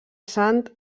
sant